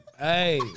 Hey